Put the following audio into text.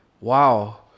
Wow